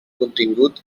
contingut